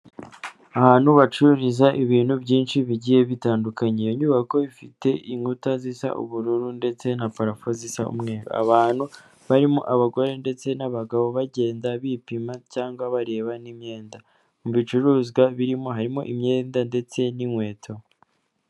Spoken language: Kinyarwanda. Ahantu bacururiza ibintu byinshi bigiye bitandukanye, iyo nyubako ifite inkuta zisa ubururu ndetse na parafo zisa umweru, abantu barimo abagore ndetse n'abagabo bagenda bipima cyangwa bareba n'imyenda. Mu bicuruzwa birimo harimo imyenda ndetse n'inkweto.